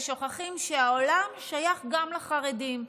ושוכחים שהעולם שייך גם לחרדים.